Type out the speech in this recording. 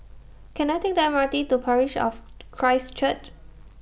Can I Take The M R T to Parish of Christ Church